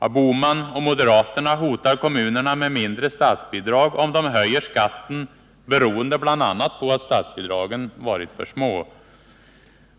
Herr Bohman och moderaterna hotar kommunerna med mindre statsbidrag om de höjer skatten — beroende bl.a. på att statsbidragen varit för små!